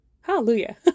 Hallelujah